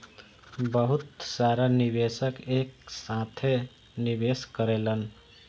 बहुत सारा निवेशक एक साथे निवेश करेलन